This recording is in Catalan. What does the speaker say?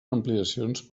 ampliacions